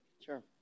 Sure